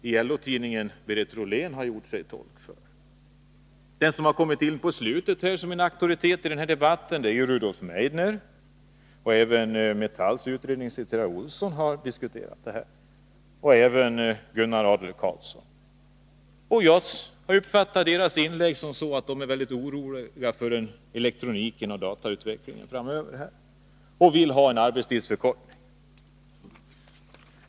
I LO-tidningen har även Berit Rollén gjort sig till tolk för den. En som har kommit in på slutet som en auktoritet är Rudolf Meidner. Även Metalls utredningssekreterare har diskuterat detta, liksom Gunnar Adler-Karlsson. Jag uppfattar deras inlägg så, att de är väldigt oroliga för elektroniken och datautvecklingen framöver och vill ha en arbetstidsförkortning.